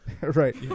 Right